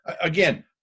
Again